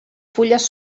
fulles